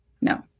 No